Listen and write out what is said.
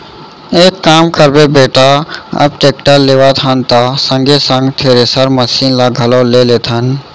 एक काम करबे बेटा अब टेक्टर लेवत हन त संगे संग थेरेसर मसीन ल घलौ ले लेथन